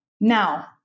Now